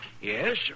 Yes